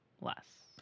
less